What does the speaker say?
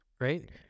Right